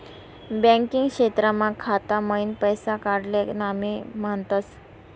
banking क्षेत्रमा खाता मईन पैसा काडाले नामे म्हनतस